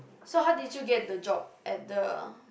so how did you get the job at the